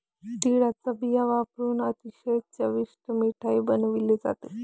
तिळाचा बिया वापरुन अतिशय चविष्ट मिठाई बनवली जाते